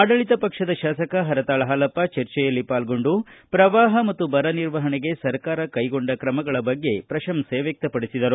ಆಡಳಿತ ಪಕ್ಷದ ಶಾಸಕ ಹರತಾಳ ಹಾಲಪ್ಪ ಚರ್ಚೆಯಲ್ಲಿ ಪಾಲ್ಗೊಂಡು ಪ್ರವಾಪ ಮತ್ತು ಬರ ನಿರ್ವಹಣೆಗೆ ಸರ್ಕಾರ ಕೈಗೊಂಡ ಕ್ರಮಗಳ ಬಗ್ಗೆ ಪ್ರಶಂಸೆ ವ್ಯಕ್ತಪಡಿಸಿದರು